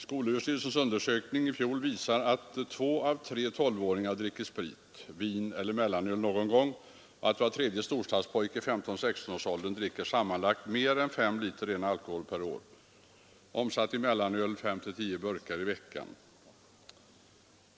Skolöverstyrelsens undersökning i fjol visar att två av tre tolvåringar dricker sprit, vin eller mellanöl någon gång och att var tredje storstadspojke i 15—16-årsåldern dricker alkoholdrycker sammanlagt motsvarande mer än fem liter ren alkohol per år, omsatt i mellanöl 5—10 burkar per vecka.